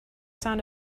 sound